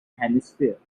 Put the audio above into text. hemisphere